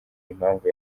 impamvu